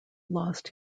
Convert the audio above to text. lost